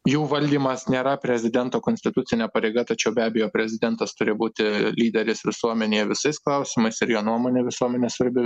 jų valdymas nėra prezidento konstitucinė pareiga tačiau be abejo prezidentas turi būti lyderis visuomenėje visais klausimais ir jo nuomonė visuomenei svarbi